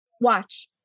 Watch